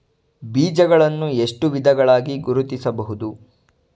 ಬೀಜಗಳನ್ನು ಎಷ್ಟು ವಿಧಗಳಾಗಿ ಗುರುತಿಸಬಹುದು?